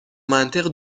منطق